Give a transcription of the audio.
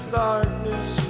darkness